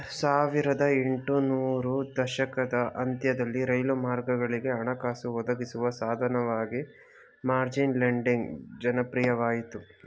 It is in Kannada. ಸಾವಿರದ ಎಂಟು ನೂರು ದಶಕದ ಅಂತ್ಯದಲ್ಲಿ ರೈಲು ಮಾರ್ಗಗಳಿಗೆ ಹಣಕಾಸು ಒದಗಿಸುವ ಸಾಧನವಾಗಿ ಮಾರ್ಜಿನ್ ಲೆಂಡಿಂಗ್ ಜನಪ್ರಿಯವಾಯಿತು